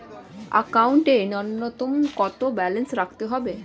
একাউন্টে নূন্যতম কত ব্যালেন্স রাখতে হবে?